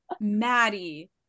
maddie